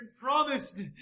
promised